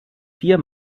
vier